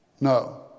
No